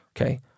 okay